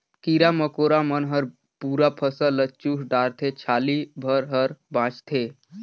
कीरा मकोरा मन हर पूरा फसल ल चुस डारथे छाली भर हर बाचथे